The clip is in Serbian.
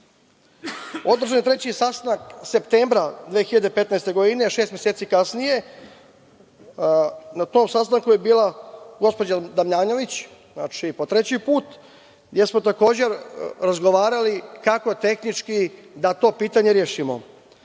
je treći sastanak septembra 2015. godine, šest meseci kasnije. Na tom sastanku je bila gospođa Damnjanović, znači, po treći put, gde smo takođe razgovarali kako tehnički da to pitanje rešimo. Tada